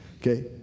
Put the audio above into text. Okay